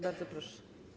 Bardzo proszę.